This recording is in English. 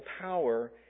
power